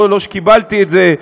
לא שקיבלתי את זה,